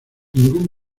ningún